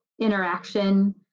interaction